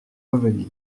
revenir